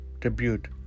tribute